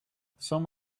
some